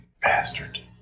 Bastard